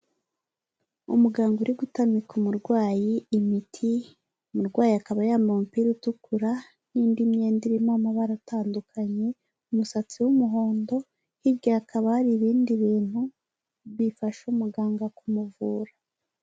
Umuganga uri gutamika umurwayi imiti umurwayi akaba yambaye umupira utukura n'indi myenda irimo amabara atandukanye, umusatsi w'umuhondo, hirya hakaba hari ibindi bintu bifasha umuganga kumuvura.